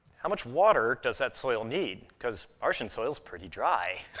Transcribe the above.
how much water does that soil need? cause martian soil's pretty dry.